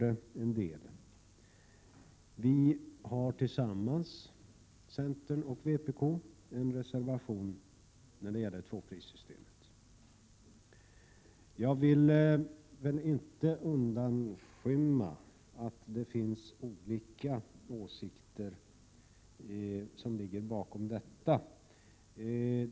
Centern och vpk har tillsammans en reservation när det gäller tvåprissystemet. Jag vill inte dölja att det finns olika åsikter på en del punkter.